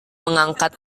mengangkat